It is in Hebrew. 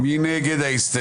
מי נגד?